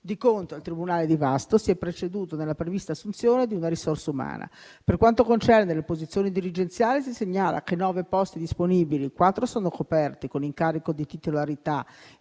di contro, al tribunale di Vasto si è proceduto alla prevista assunzione di una risorsa umana. Per quanto concerne le posizioni dirigenziali, si segnala che, su nove posti disponibili, quattro sono coperti con incarico di titolarità